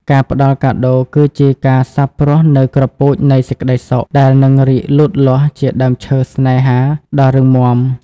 ការផ្ដល់កាដូគឺជាការសាបព្រោះនូវគ្រាប់ពូជនៃសេចក្ដីសុខ ដែលនឹងរីកលូតលាស់ជាដើមឈើស្នេហាដ៏រឹងមាំ។